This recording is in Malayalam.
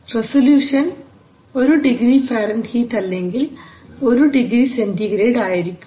റസല്യൂഷൻ ഒരു ഡിഗ്രി ഫാരൻഹീറ്റ് അല്ലെങ്കിൽ ഒരു ഡിഗ്രി സെൻറിഗ്രേഡ് ആയിരിക്കും